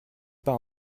pas